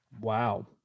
Wow